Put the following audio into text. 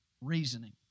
Reasoning